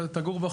תודה רבה לך.